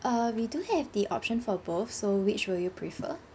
uh we do have the option for both so which will you prefer